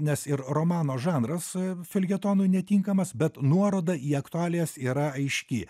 nes ir romano žanras feljetonui netinkamas bet nuorodą į aktualijas yra aiški